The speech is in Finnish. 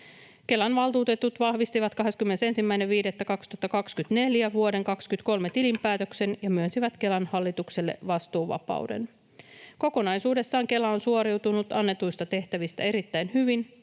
Kelan valtuutetut vahvistivat 21.5.2024 vuoden 23 tilinpäätöksen ja myönsivät Kelan hallitukselle vastuuvapauden. Kokonaisuudessaan Kela on suoriutunut annetuista tehtävistä erittäin hyvin,